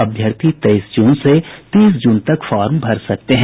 अभ्यर्थी तेईस जून से तीस जून तक फॉर्म भर सकते हैं